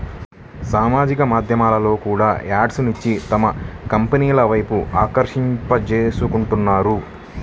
సామాజిక మాధ్యమాల్లో కూడా యాడ్స్ ఇచ్చి తమ కంపెనీల వైపు ఆకర్షింపజేసుకుంటున్నారు